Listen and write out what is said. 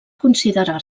considerar